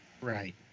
Right